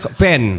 pen